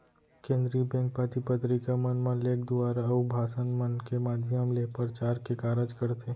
केनदरी bank पाती पतरिका मन म लेख दुवारा, अउ भासन मन के माधियम ले परचार के कारज करथे